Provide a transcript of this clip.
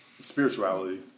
Spirituality